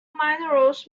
minerals